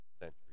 century